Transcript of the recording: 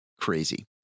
Crazy